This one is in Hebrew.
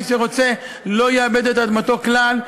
מי שרוצה לא יעבד את אדמתו כלל,